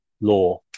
law